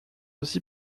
aussi